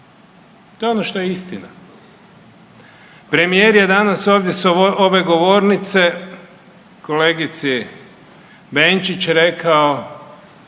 To je ono što je istina. Premijer je danas ovdje s ove govornice kolegici Benčić rekao